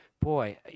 Boy